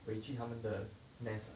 回去他们的 nest ah